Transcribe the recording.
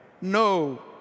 No